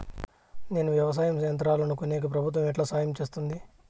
నేను వ్యవసాయం యంత్రాలను కొనేకి ప్రభుత్వ ఎట్లా సహాయం చేస్తుంది?